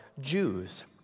Jews